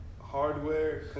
hardware